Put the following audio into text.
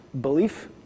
belief